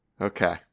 Okay